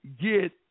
get